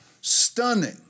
Stunning